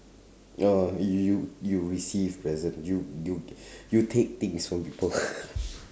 oh you you receive present you you you take things from people